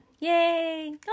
Yay